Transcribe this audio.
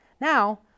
Now